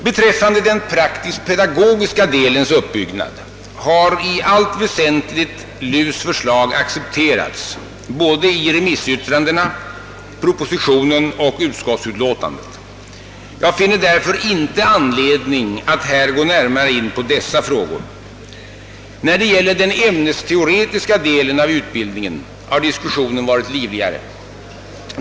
Beträffande den praktiskt-pedagogiska delens uppbyggnad har i allt väsentligt LUS” förslag accepterats i både remissyttrandena, propositionen och utskottsutlåtandet. Jag finner därför inte anledning att här gå närmare in på dessa frågor. När det gäller den ämnesteoretiska delen av utbildningen har diskussionen varit livligare.